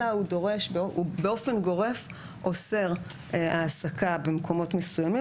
אלא באופן גורף הוא אוסר העסקה במקומות מסוימים